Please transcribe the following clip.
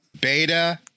Beta